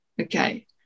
okay